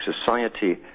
society